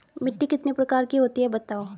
मिट्टी कितने प्रकार की होती हैं बताओ?